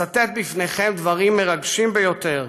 אצטט לפניכם דברים מרגשים ביותר